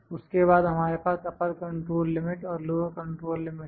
उसके बाद हमारे पास अपर कंट्रोल लिमिट और लोअर कंट्रोल लिमिट है